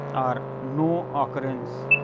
or no occurrence